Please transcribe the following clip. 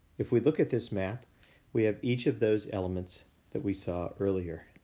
if we look at this map we have each of those elements that we saw earlier.